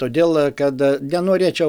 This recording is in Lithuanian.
todėl kad nenorėčiau